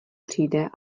přijde